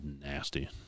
nasty